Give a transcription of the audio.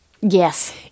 Yes